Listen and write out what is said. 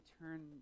turn